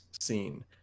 scene